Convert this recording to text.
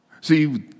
See